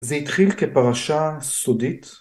‫זה התחיל כפרשה סודית.